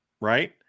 right